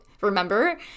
remember